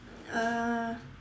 uh